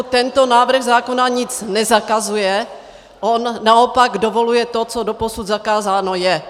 Tento návrh zákona nic nezakazuje, on naopak dovoluje to, co doposud zakázáno je.